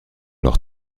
leur